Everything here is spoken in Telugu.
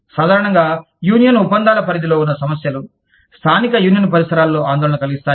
సాధారణంగా యూనియన్ ఒప్పందాల పరిధిలో ఉన్న సమస్యలు స్థానిక యూనియన్ పరిసరాలలో ఆందోళన కలిగిస్తాయా